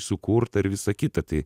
sukurta ir visa kita tai